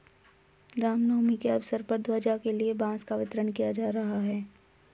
राम नवमी के अवसर पर ध्वजा के लिए बांस का वितरण किया जा रहा है